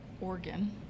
Oregon